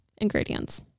ingredients